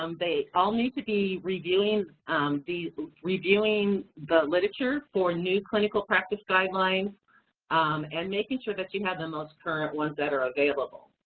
um they all need to be reviewing the reviewing the literature for new clinical practice guidelines and making sure that you have the most current ones that are available.